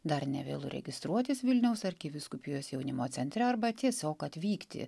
dar nevėlu registruotis vilniaus arkivyskupijos jaunimo centre arba tiesiog atvykti